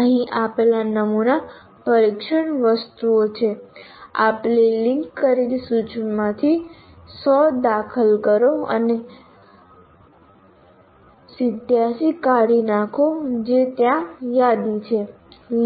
અહીં આપેલ નમૂના પરીક્ષણ વસ્તુઓ છે આપેલી લિંક કરેલ સૂચિમાંથી 100 દાખલ કરો અને 87 કાઢી નાખો જે ત્યાં યાદી છે